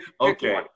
okay